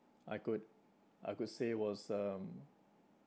I could I could say was um